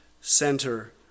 center